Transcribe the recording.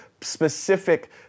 specific